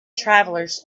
travelers